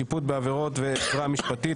שיפוט בעבירות ועזרה משפטית),